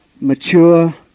mature